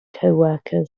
coworkers